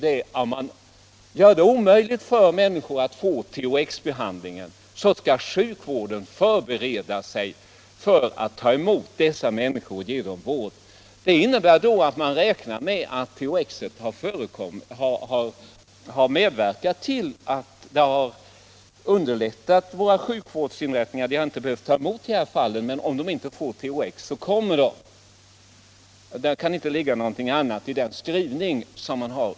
Man gör det omöjligt för människor att få THX-behandling, och då skall sjukvården förbereda sig för att ta emot dessa människor och ge dem vård. Det innebär att man räknar med att THX har underlättat arbetet för våra sjukvårdsinrättningar. De har inte behövt ta emot dessa — Vissa icke-konvenfall, men om de inte får THX så kommer de. Någonting annat kan inte = tionella behandligga bakom skrivningen i utskottsbetänkandet.